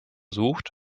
sucht